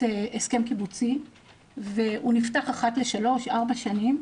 הסכם קיבוצי והוא נפתח אחת ל-3-4 שנים,